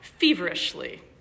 feverishly